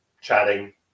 chatting